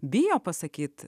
bijo pasakyt